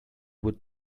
would